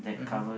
mmhmm